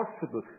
possible